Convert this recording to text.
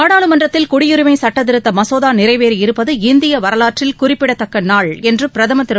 நாடாளுமன்றத்தில் குடியுரிமை சட்டத்திருத்த மசோதா நிறைவேறியிருப்பது இந்திய வரலாற்றில் குறிப்பிடத்தக்க நாள் என்று பிரதமர் திரு